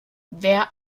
wer